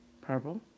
Purple